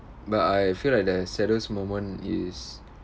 but I feel like the saddest moment is